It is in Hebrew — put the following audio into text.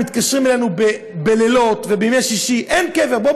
מתקשרים אלינו בלילות ובימי שישי: אין קבר פה,